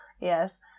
Yes